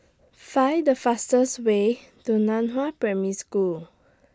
Find The fastest Way to NAN Hua Primary School